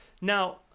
Now